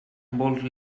môr